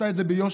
עשה את זה ביושר,